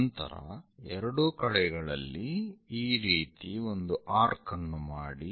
ನಂತರ ಎರಡೂ ಕಡೆಗಳಲ್ಲಿ ಈ ರೀತಿ ಒಂದು ಆರ್ಕ್ ಅನ್ನು ಮಾಡಿ